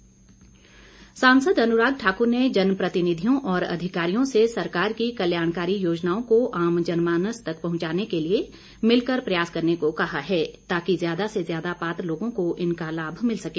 अनुराग सांसद अनुराग ठाकुर ने जनप्रतिनिधियों और अधिकारियों से सरकार की कल्याणकारी योजनाओं को आम जनमानस तक पहुंचाने के लिए मिलकर प्रयास करने को कहा है ताकि ज्यादा से ज्यादा पात्र लोगों को इनका लाभ मिल सके